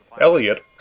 Elliot